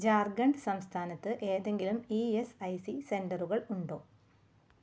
ജാർഖണ്ഡ് സംസ്ഥാനത്ത് എതെങ്കിലും E S I C സെൻറ്ററുകൾ ഉണ്ടോ